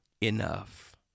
enough